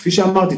כפי שאמרתי,